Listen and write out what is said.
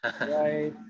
right